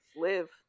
live